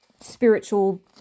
spiritual